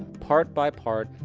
part by part,